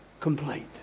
Complete